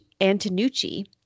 Antonucci